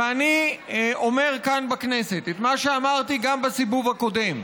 ואני אומר כאן בכנסת את מה שאמרתי גם בסיבוב הקודם.